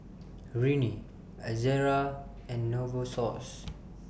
Rene Ezerra and Novosource